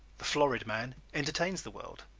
the florid man entertains the world,